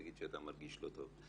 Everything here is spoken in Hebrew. תגיד שאתה מרגיש לא טוב,